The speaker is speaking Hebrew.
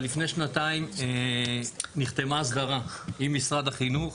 אבל לפני שנתיים נחתמה הסדרה עם משרד החינוך,